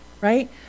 Right